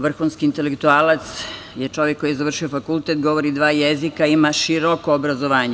Vrhunski intelektualac je čovek koji je završio fakultet, govori dva jezika, ima široko obrazovanje.